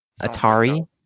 Atari